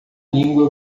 língua